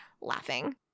laughing